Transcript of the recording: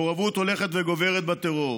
מעורבות הולכת וגוברת בטרור.